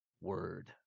word